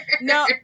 No